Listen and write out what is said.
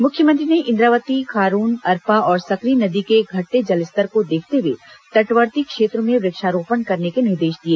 मुख्यमंत्री ने इंद्रावती खारून अरपा और सकरी नदी के घटते जलस्तर को देखते हुए तटवर्ती क्षेत्रों में वृक्षारोपण करने के निर्देश दिए